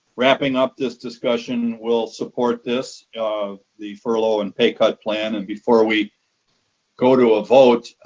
wrapping up this discussion will support this, um the furlough and pay cut plan and before we go to a vote,